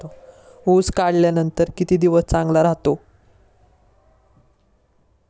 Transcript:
ऊस काढल्यानंतर किती दिवस चांगला राहतो?